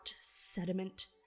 sediment